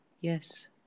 Yes